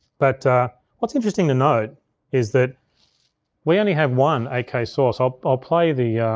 but what's interesting to note is that we only have one eight k source. i'll i'll play the,